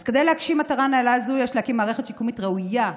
אז כדי להגשים מטרה נעלה זו יש להקים מערכת שיקומית ראויה,